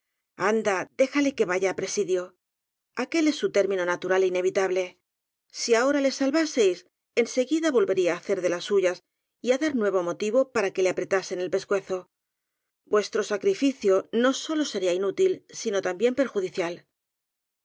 déjale que vaya á presidio aquel es su término natural é inevitable si ahora le salváseis en seguida volve ría á hacer de las suyas y á dar nuevo motivo para que le apretasen el pescuezo vuestro sa crificio no sólo sería inútil sino también perju